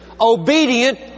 obedient